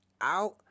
out